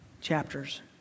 chapters